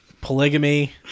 polygamy